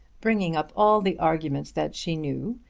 bringing up all the arguments that she knew,